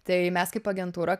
tai mes kaip agentūra